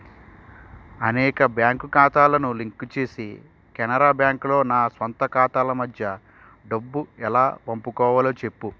అనేక బ్యాంక్ ఖాతాలను లింకు చేసి కెనరా బ్యాంక్లో నా స్వంత ఖాతాల మధ్య డబ్బు ఎలా పంపుకోవాలో చెప్పు